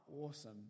awesome